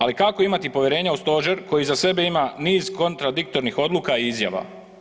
Ali kako imati povjerenja u stožer koji iza sebe ima niz kontradiktornih odluka i izjava.